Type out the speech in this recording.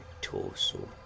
torso